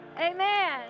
Amen